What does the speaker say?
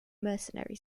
mercenary